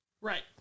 Right